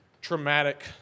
traumatic